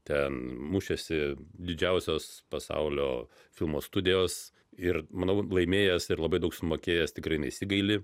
ten mušėsi didžiausios pasaulio filmų studijos ir manau laimėjęs ir labai daug sumokėjęs tikrai nesigaili